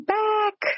back